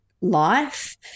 life